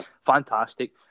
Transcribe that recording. fantastic